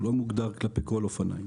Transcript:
הוא לא מוגדר כלפי כל אופניים.